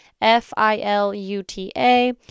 f-i-l-u-t-a